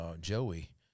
Joey